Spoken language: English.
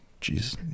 Jesus